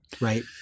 right